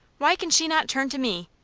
why can she not turn to me?